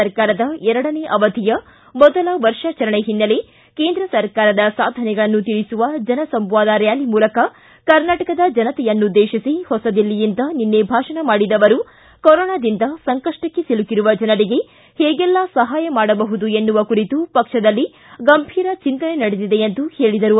ಸರ್ಕಾರದ ಎರಡನೇ ಅವಧಿಯ ಮೊದಲ ವರ್ಷಾಚರಣೆ ಹಿನ್ನೆಲೆ ಕೇಂದ್ರ ಸರ್ಕಾರದ ಸಾಧನೆಗಳನ್ನು ತಿಳಿಸುವ ಜನಸಂವಾದ ರ್ನಾಲಿ ಮೂಲಕ ಕರ್ನಾಟಕದ ಜನತೆಯನ್ನುದ್ದೇಶಿ ಹೊಸದಿಲ್ಲಿಯಿಂದ ನಿನ್ನೆ ಭಾಷಣ ಮಾಡಿದ ಅವರು ಕೊರೊನಾದಿಂದ ಸಂಕಪ್ಪಕ್ಷೆ ಸಿಲುಕಿರುವ ಜನರಿಗೆ ಹೇಗೆಲ್ಲಾ ಸಹಾಯ ಮಾಡಬಹುದು ಎನ್ನುವ ಕುರಿತು ಪಕ್ಷದಲ್ಲಿ ಗಂಭೀರ ಚಿಂತನೆ ನಡೆದಿದೆ ಎಂದರು